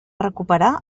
recuperar